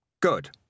Good